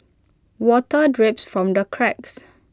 water drips from the cracks